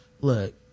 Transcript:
look